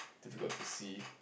difficult to see